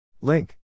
Link